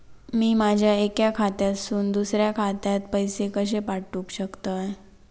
मी माझ्या एक्या खात्यासून दुसऱ्या खात्यात पैसे कशे पाठउक शकतय?